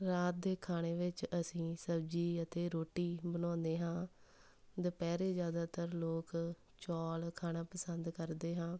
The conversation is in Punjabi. ਰਾਤ ਦੇ ਖਾਣੇ ਵਿੱਚ ਅਸੀਂ ਸਬਜ਼ੀ ਅਤੇ ਰੋਟੀ ਬਣਾਉਂਦੇ ਹਾਂ ਦੁਪਹਿਰੇ ਜ਼ਿਆਦਾਤਰ ਲੋਕ ਚੌਲ ਖਾਣਾ ਪਸੰਦ ਕਰਦੇ ਹਾਂ